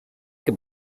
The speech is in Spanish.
que